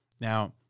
Now